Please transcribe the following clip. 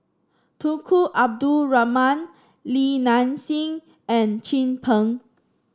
Tunku Abdul Rahman Li Nanxing and Chin Peng